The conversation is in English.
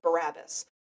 Barabbas